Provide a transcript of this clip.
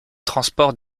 transport